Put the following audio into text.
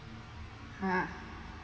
ha